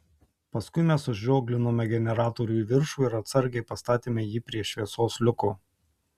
paskui mes užrioglinome generatorių į viršų ir atsargiai pastatėme jį prie šviesos liuko